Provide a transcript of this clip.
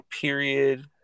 period